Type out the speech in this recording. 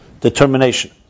determination